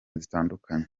zitandukanye